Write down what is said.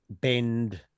bend